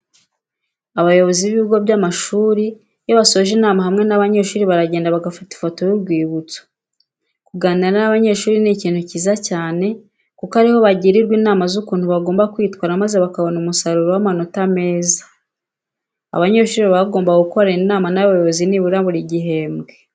Abayobozi b'ibigo by'amashuri iyo basoje inama hamwe n'abanyeshuri baragenda bagafata ifoto y'urwibutso. Kuganira n'abanyeshuri ni ikintu cyiza cyane kuko ari ho bagirirwa inama z'ukuntu bagomba kwitwara maze bakabona umusaruro w'amanota meza. Abanyeshuri baba bagomba gukorana inama n'abayobozi nibura buri gihembwe.